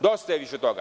Dosta je više toga.